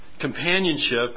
Companionship